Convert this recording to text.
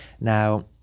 Now